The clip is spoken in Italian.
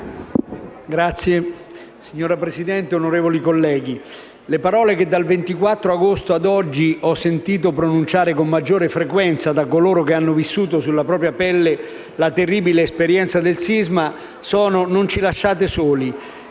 *(PD)*. Signora Presidente, onorevoli colleghi, le parole che dal 24 agosto ad oggi ho sentito pronunciare con maggiore frequenza da coloro che hanno vissuto sulla propria pelle la terribile esperienza del sisma sono: «Non ci lasciate soli!».